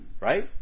Right